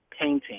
painting